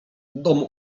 domu